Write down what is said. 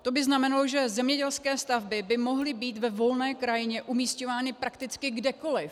To by znamenalo, že zemědělské stavby by mohly být ve volné krajině umisťovány prakticky kdekoliv.